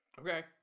Okay